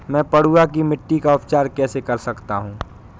मैं पडुआ की मिट्टी का उपचार कैसे कर सकता हूँ?